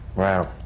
wow.